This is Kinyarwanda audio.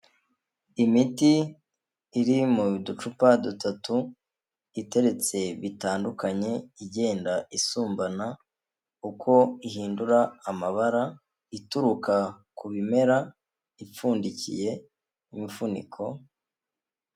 Imiti iri mu ducupa dutatu iteretse bitandukanye igenda isumbana uko ihindura amabara ituruka ku bimera ipfundikiye imifuniko.